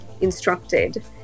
instructed